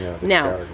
now